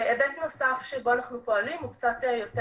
היבט נוסף שבו אנחנו פועלים הוא קצת יותר